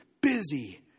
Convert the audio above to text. busy